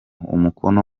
umukono